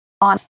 on